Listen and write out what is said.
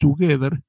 together